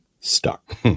stuck